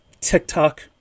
TikTok